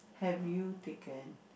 have you taken